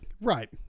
right